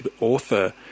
author